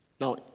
Now